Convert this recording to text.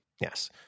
Yes